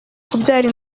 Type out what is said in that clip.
kubyara